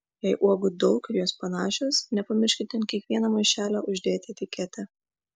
jei uogų daug ir jos panašios nepamirškite ant kiekvieno maišelio uždėti etiketę